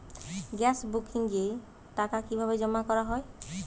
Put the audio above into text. Gas বুকিংয়ের টাকা কিভাবে জমা করা হয়?